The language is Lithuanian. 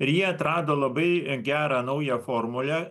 ir jie atrado labai gerą naują formulę